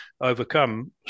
overcome